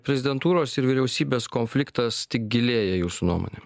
prezidentūros ir vyriausybės konfliktas tik gilėja jūsų nuomone